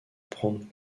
prendre